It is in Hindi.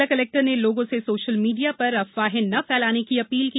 जिला कलेक्टर ने लोगों से सोशल मीडिया पर अफवाहें न फैलाने की अपील की